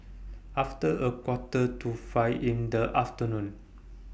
after A Quarter to five in The afternoon